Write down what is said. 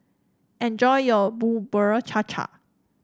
enjoy your Bubur Cha Cha